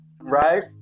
Right